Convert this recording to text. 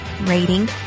rating